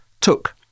took